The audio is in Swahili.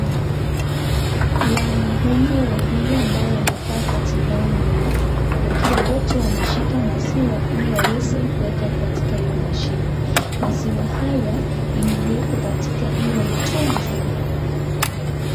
Wanaumme wawili ambaye wamevaa koti lao nyeupe ,wakiwa wote wameshika maziwa ili waweze kueka katikati iyo mashini ,maziwa haya imelieko katika hiyo mtungi....